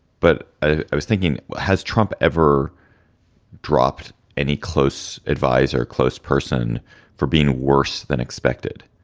but i was thinking, has trump ever dropped any close adviser or close person for being worse than expected?